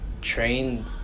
train